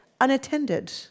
unattended